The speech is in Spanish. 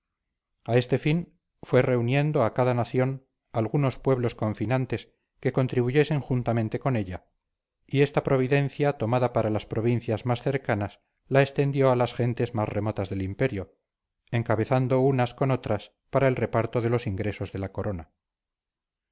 a este fin fue reuniendo a cada nación algunos pueblos confinantes que contribuyesen juntamente con ella y esta providencia tomada para las provincias más cercanas la extendió a las gentes más remotas del imperio encabezando unas con otras para el reparto de los ingresos de la corona